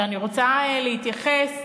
ואני רוצה להתייחס,